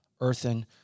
earthen